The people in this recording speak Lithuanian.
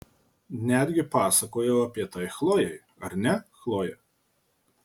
netgi pasakojau apie tai chlojei ar ne chloje